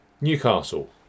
Newcastle